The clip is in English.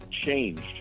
changed